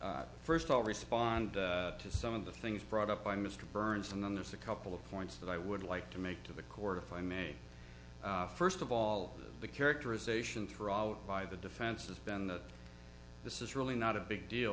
burns first i'll respond to some of the things brought up by mr burns and then there's a couple of points that i would like to make to the court if i may first of all the characterization trial by the defense has been that this is really not a big deal